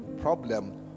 problem